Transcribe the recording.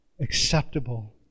acceptable